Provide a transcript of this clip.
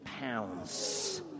pounds